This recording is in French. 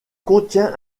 contient